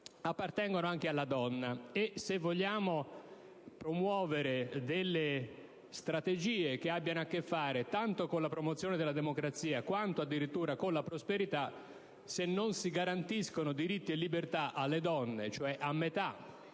appartengono anche alla donna. Se vogliamo promuovere delle strategie che abbiano a che fare tanto con la promozione della democrazia quanto con la prosperità e non garantiamo diritti e libertà alle donne, cioè alla metà